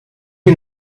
you